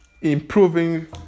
improving